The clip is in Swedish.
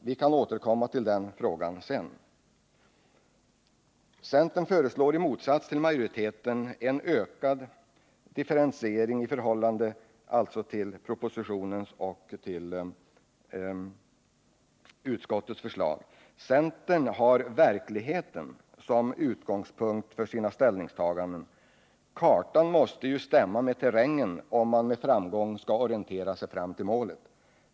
Vi kan återkomma till den frågan sedan. Centern har verkligheten som utgångspunkt för sina ställningstaganden. Kartan måste stämma med terrängen om man med framgång skall orientera sig fram till målet.